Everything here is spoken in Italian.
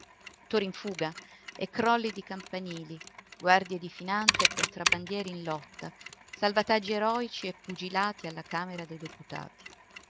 tori in fuga e crolli di campanili guardie di finanza e contrabbandieri in lotta salvataggi eroici e pugilati alla camera dei deputati